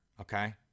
okay